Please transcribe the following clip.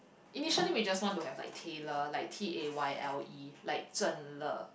initially we just want to have like Tayle like T A Y L E like Zhen-Le